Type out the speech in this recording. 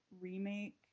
remake